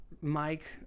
Mike